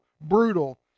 brutal